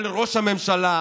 על ראש הממשלה,